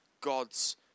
God's